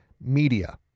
media